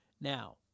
Now